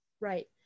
Right